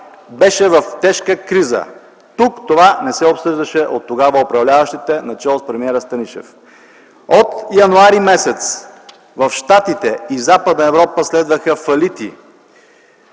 беше в тежка криза. Тук това не се обсъждаше от тогава управляващите, начело с премиера Станишев. От м. януари в Щатите и Западна Европа следваха фалити,